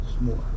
more